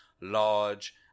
large